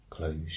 close